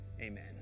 Amen